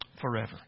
forever